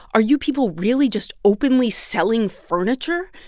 are you people really just openly selling furniture?